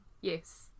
Yes